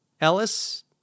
Ellis